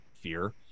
fear